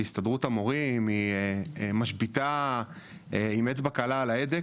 שהסתדרות המורים היא משביתה עם אצבע קלה על ההדק,